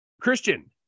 Christian